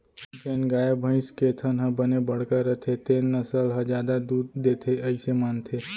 जेन गाय, भईंस के थन ह बने बड़का रथे तेन नसल ह जादा दूद देथे अइसे मानथें